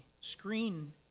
screen